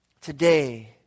today